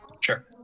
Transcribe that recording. sure